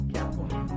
California